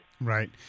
Right